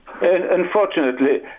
unfortunately